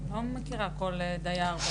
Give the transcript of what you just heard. אני לא מכירה כל דייר.